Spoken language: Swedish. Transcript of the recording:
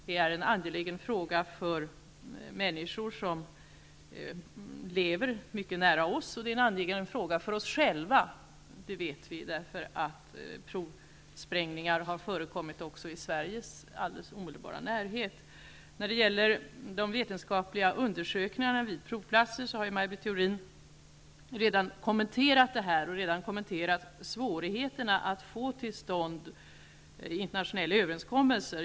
Det är en angelägen fråga för människor som lever mycket nära oss, och det är en angelägen fråga för oss själva, eftersom provsprängningar har förekommit också i Sveriges omedelbara närhet. Maj Britt Theorin har ju redan kommenterat de vetenskapliga undersökningarna vid provplatser och kommenterat svårigheterna att få till stånd internationella överenskommelser.